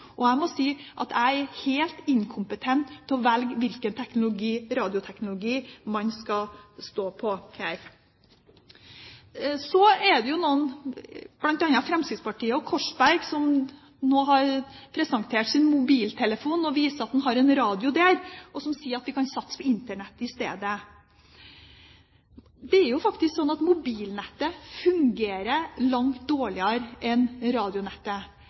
Og jeg må si at jeg er helt inkompetent til å velge hvilken radioteknologi man skal stå på her. Så har Fremskrittspartiets Korsberg nå presentert sin mobiltelefon og vist at han har en radio der. Han sier at vi kan satse på Internett i stedet. Det er faktisk sånn at mobilnettet fungerer langt dårligere enn radionettet.